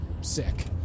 sick